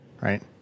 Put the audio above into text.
right